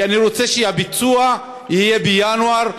כי אני רוצה שהביצוע יהיה בינואר,